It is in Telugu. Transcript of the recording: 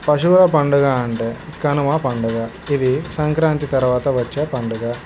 పశువు పండుగ అంటే కనుమ పండుగ ఇది సంక్రాంతి తర్వాత వచ్చే పండుగ